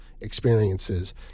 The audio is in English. experiences